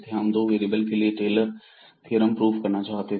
हम दो वेरिएबल के लिए टेलर थ्योरम प्रूफ करना चाहते थे